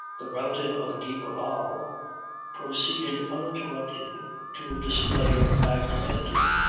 the relative of de barral proceeded uninterrupted to a display of magnanimity.